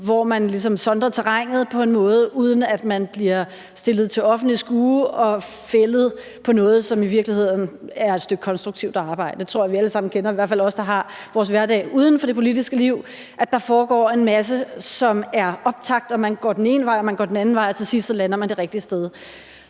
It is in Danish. ting og ligesom sondere terrænet, uden at man bliver stillet til offentligt skue og fældet på noget, som i virkeligheden er et stykke konstruktivt arbejde. Det tror jeg vi alle sammen kender, i hvert fald os, der har vores hverdag uden for det politiske liv. Der foregår en masse, som er optakt, og man går den ene vej, og man går den anden vej, og til sidst lander man det rigtige sted.